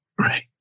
Right